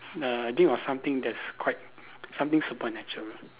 err dream of something that's quite something supernatural